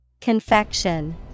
confection